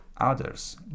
others